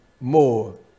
more